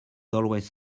always